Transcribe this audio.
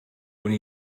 when